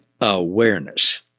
Awareness